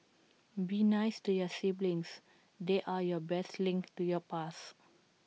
be nice to your siblings they're your best link to your past